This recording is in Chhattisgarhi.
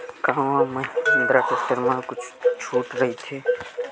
का महिंद्रा टेक्टर मा छुट राइथे?